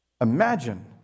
imagine